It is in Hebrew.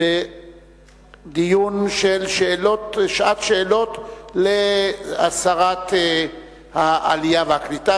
בדיון של שעת שאלות לשרת העלייה והקליטה.